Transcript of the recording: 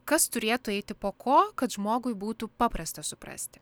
kas turėtų eiti po ko kad žmogui būtų paprasta suprasti